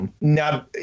Now